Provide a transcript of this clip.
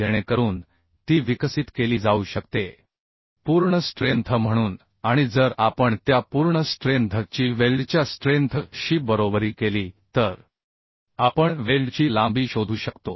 जेणेकरून ती विकसित केली जाऊ शकते पूर्ण स्ट्रेंथ म्हणून आणि जर आपण त्या पूर्ण स्ट्रेंथ ची वेल्डच्या स्ट्रेंथ शी बरोबरी केली तर आपण वेल्डची लांबी शोधू शकतो